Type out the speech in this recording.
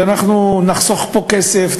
אנחנו נחסוך פה כסף,